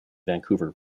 vancouver